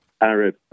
Arab